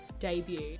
debut